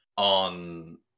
on